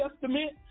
Testament